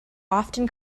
often